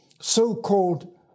so-called